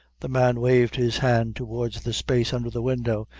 the man waived his hand towards the space under the window,